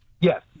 Yes